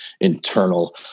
internal